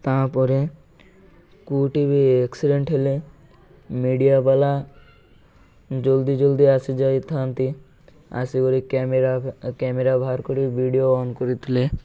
ତା'ପରେ କେଉଁଠି ବି ଏକ୍ସିଡ଼େଣ୍ଟ ହେଲେ ମିଡ଼ିଆ ବାଲା ଜଲ୍ଦି ଜଲ୍ଦି ଆସି ଯାଇଥାନ୍ତି ଆସି କରି କ୍ୟାମେରା କ୍ୟାମେରା ବାହାର କରି ଭିଡ଼ିଓ ଅନ୍ କରିଥିଲେ